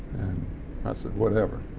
i said, whatever.